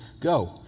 Go